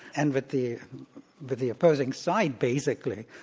and with the but the opposing side basically,